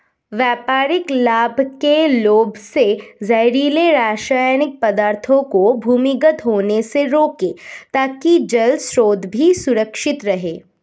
व्यापारिक लाभ के लोभ से जहरीले रासायनिक पदार्थों को भूमिगत होने से रोकें ताकि जल स्रोत भी सुरक्षित रहे